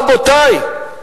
רבותי,